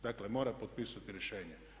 Dakle, mora potpisati rješenje.